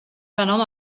renom